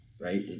right